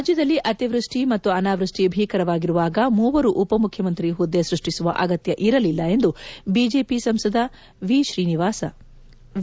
ರಾಜ್ಯದಲ್ಲಿ ಅತಿವೃಷ್ಟಿ ಮತ್ತು ಅನಾವೃಷ್ಟಿ ಭೀಕರವಾಗಿರುವಾಗ ಮೂವರು ಉಪಮುಖ್ಯಮಂತ್ರಿ ಹುದ್ದೆ ಸೃಷ್ಟಿಸುವ ಅಗತ್ಯ ಇರಲಿಲ್ಲ ಎಂದು ಬಿಜೆಪಿ ಸಂಸದ ವಿ